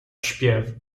śpiew